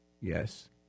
Yes